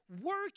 work